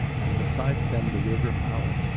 and besides them the river halys,